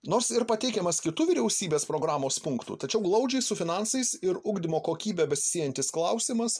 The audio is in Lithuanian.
nors ir pateikiamas kitu vyriausybės programos punktu tačiau glaudžiai su finansais ir ugdymo kokybe besisiejantis klausimas